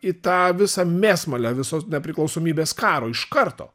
į tą visą mėsmalę viso nepriklausomybės karo iš karto